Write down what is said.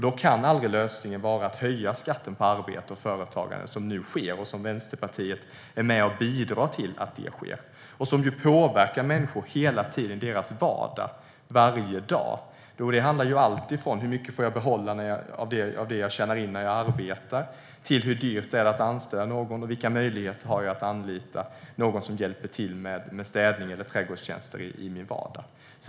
Då kan aldrig lösningen vara att höja skatten på arbete och företagande som nu sker och som Vänsterpartiet är med och bidrar till. Det påverkar människor hela tiden i deras vardag varje dag. Det handlar om alltifrån hur mycket jag får jag behålla av det jag tjänar in när jag arbetar till hur dyrt det är att anställa någon och vilka möjligheter jag har att anlita någon som hjälper till med städning eller trädgårdstjänster i min vardag.